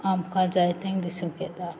आमकां जायतें दिसूक येता